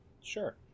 sure